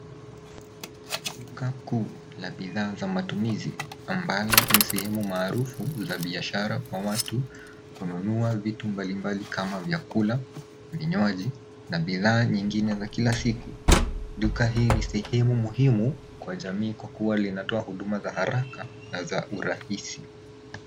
Duka kuu la bidhaa za matumizi ambalo ni sehemu maarufu za biashara kwa watu kununua vitu mbali mbali kama vyakula, vinywaji na bidhaa nyingine za kila siki. Duka hii ni sehemu muhimu kwa jamii kwa kuwa linatoa huduma za haraka na za urahisi.